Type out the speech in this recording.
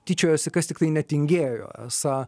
tyčiojosi kas tiktai netingėjo esą